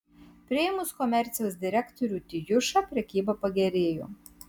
priėmus komercijos direktorių tijušą prekyba pagerėjo